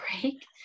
break